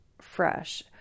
fresh